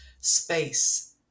space